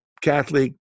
Catholic